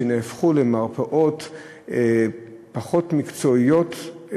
שהפכו למרפאות פחות מקצועיות,